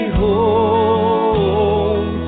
home